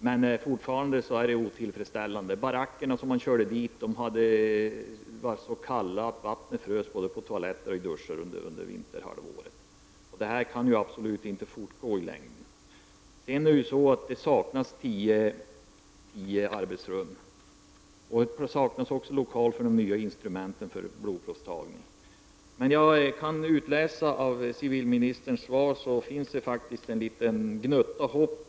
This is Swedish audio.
Men fortfarande är situationen otillfredsställande. De baracker som man hade kört dit var så kalla att vattnet under vinterhalvåret frös både på toaletterna och i duschrummet. Detta kan absolut inte fortgå i längden. Det saknas dessutom tio arbetsrum, och det saknas också lokaler för de nya instrumenten för blodprovstagning. Enligt vad jag kan utläsa av civilministerns svar finns det faktiskt en liten gnutta hopp.